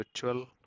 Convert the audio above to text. Virtual